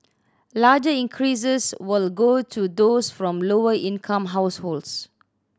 larger increases will go to those from lower income households